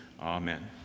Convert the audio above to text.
Amen